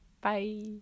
Bye